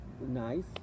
nice